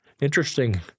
interesting